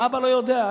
והאבא לא יודע,